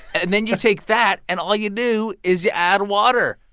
and then you take that, and all you do is you add water.